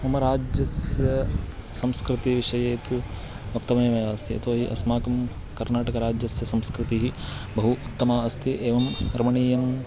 मम राज्यस्य संस्कृतिविषये तु उत्तममेव अस्ति यतोहि अस्माकं कर्नाटकराज्यस्य संस्कृतिः बहु उत्तमा अस्ति एवं रमणीयं